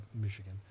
Michigan